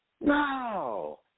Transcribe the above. No